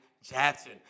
Jackson